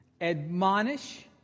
admonish